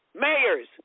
Mayors